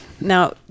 Now